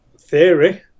theory